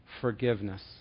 forgiveness